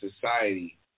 society